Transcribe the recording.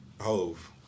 Hove